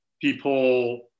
people